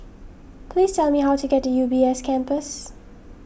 please tell me how to get to U B S Campus